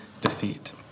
deceit